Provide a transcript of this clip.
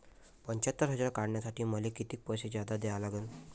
पंच्यात्तर हजार काढासाठी मले कितीक पैसे जादा द्या लागन?